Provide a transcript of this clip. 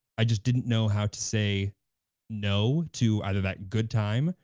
i just didn't know how to say no, to either that good time,